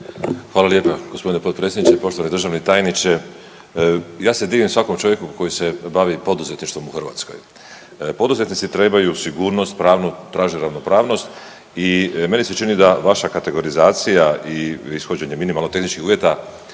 Hvala lijepa. Gospodine potpredsjedniče, poštovani državni tajniče. Ja se divim svakom čovjeku koji se bavi poduzetništvom u Hrvatskoj. Poduzetnici trebaju sigurnost, pravnu traže ravnopravnost i meni se čini da vaša kategorizacija i ishođenje minimalno tehničkih uvjeta